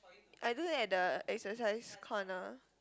I do at the exercise corner